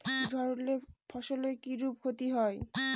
ঝড় উঠলে ফসলের কিরূপ ক্ষতি হয়?